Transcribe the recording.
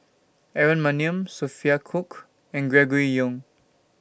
Aaron Maniam Sophia Cooke and Gregory Yong